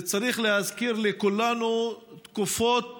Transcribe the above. זה צריך להזכיר לכולנו תקופות